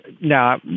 now